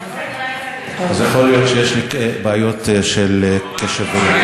אז יכול להיות שיש לי בעיות של קשב וריכוז.